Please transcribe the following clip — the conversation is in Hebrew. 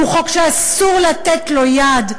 שהוא חוק שאסור לתת לו יד,